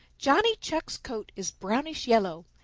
johnny chuck's coat is brownish-yellow,